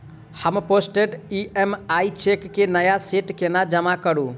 हम postdated EMI cheque केँ नया सेट केना जमा करू?